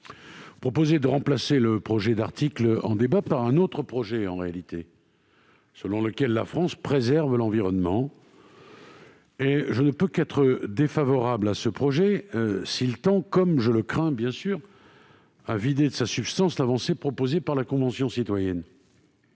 objet de remplacer l'article en débat par un autre projet, en réalité, avec l'emploi de la formule « préserve l'environnement ». Je ne peux qu'être défavorable à ce projet s'il tend, comme je le crains, à vider de sa substance l'avancée proposée par la Convention citoyenne